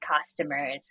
customers